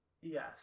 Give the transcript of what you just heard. Yes